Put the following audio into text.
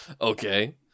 Okay